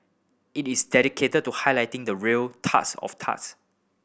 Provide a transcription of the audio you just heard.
it is dedicated to highlighting the real turds of turds